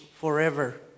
forever